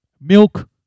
milk